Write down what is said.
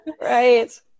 Right